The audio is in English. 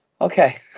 okay